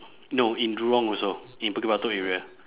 no in jurong also in bukit batok area